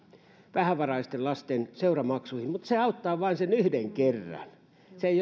vähävaraisten lasten seuramaksuihin mutta se auttaa vain sen yhden kerran se ei